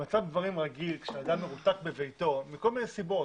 במצב דברים רגיל כאשר אדם מרותק לביתו מכל מיני סיבות,